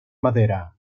madera